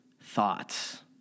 thoughts